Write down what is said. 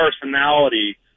personality